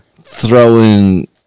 throwing